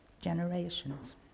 generations